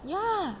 ya